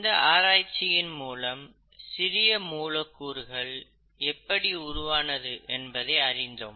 இந்த ஆராய்ச்சி மூலம் சிறிய மூலக்கூறுகள் எப்படி உருவானது என்பதை அறிந்தோம்